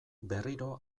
berriro